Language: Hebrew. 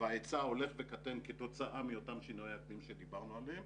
וההיצע הולך וקטן כתוצאה מאותם שינויי אקלים שדיברנו עליהם